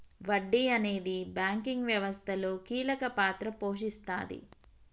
వడ్డీ అనేది బ్యాంకింగ్ వ్యవస్థలో కీలక పాత్ర పోషిస్తాది